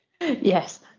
Yes